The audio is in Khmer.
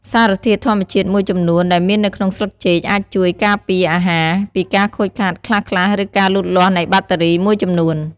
សារធាតុធម្មជាតិមួយចំនួនដែលមាននៅក្នុងស្លឹកចេកអាចជួយ ការពារអាហារ ពីការខូចខាតខ្លះៗ ឬការលូតលាស់នៃបាក់តេរីមួយចំនួន។